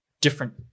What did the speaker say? different